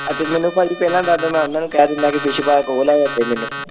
ਅਤੇ ਮੈਨੂੰ ਭਾਅ ਜੀ ਪਹਿਲਾਂ ਦੱਸਦੇ ਮੈਂ ਉਹਨਾਂ ਨੂੰ ਕਹਿ ਦਿੰਦਾ ਕਿ ਫਿਸ਼ ਪਾਰਕ ਉਹ ਲੈ ਜਾਂਦੇ ਮੈਨੂੰ